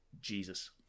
Jesus